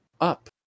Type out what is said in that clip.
up